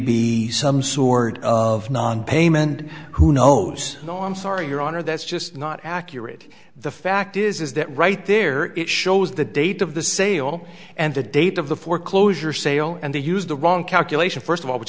be some sort of non payment who knows no i'm sorry your honor that's just not accurate the fact is is that right there it shows the date of the sale and the date of the foreclosure sale and they used the wrong calculation first of all which